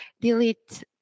delete